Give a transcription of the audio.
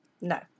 No